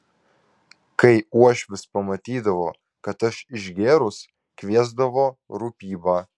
kai uošvis pamatydavo kad aš išgėrus kviesdavo rūpybą